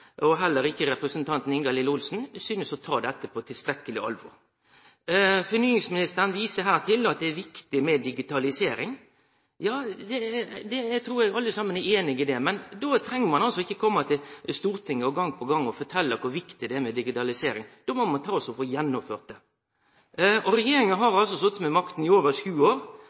og heller ikkje representanten Ingalill Olsen – synest å ta dette på tilstrekkeleg alvor. Fornyingsministeren viser her til at det er viktig med digitalisering. Ja, det trur eg alle er einige i. Men då treng ein altså ikkje kome til Stortinget gong etter gong og fortelje kor viktig det er med digitalisering. Då må ein få gjennomført det. Regjeringa har altså sete med makta i over sju år.